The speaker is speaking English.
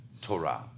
Torah